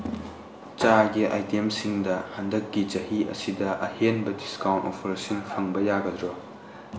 ꯆꯥꯒꯤ ꯑꯥꯏꯇꯦꯝꯁꯤꯡꯗ ꯍꯟꯗꯛ ꯆꯍꯤ ꯑꯁꯤꯗ ꯑꯍꯦꯟꯕ ꯗꯤꯁꯀꯥꯎꯟ ꯑꯣꯐꯔꯁꯤꯡ ꯐꯪꯕ ꯌꯥꯒꯗ꯭ꯔꯣ